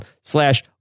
slash